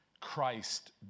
Christ